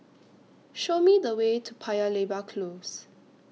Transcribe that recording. Show Me The Way to Paya Lebar Close